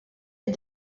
est